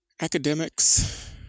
academics